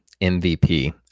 MVP